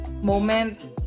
moment